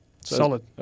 Solid